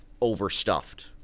overstuffed